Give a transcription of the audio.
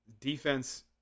defense